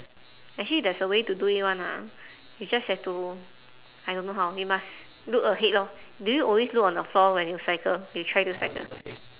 actually there's a way to do it [one] ah you just have to I don't know how you must look ahead lor do you always look on the floor when you cycle you try to cycle